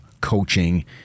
coaching